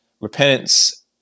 repentance